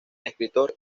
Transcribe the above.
escritor